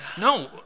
No